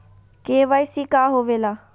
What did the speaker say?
KYC का होवेला?